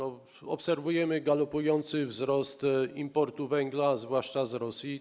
Obserwujemy galopujący wzrost importu węgla, zwłaszcza z Rosji.